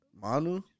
Manu